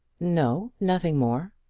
no nothing more.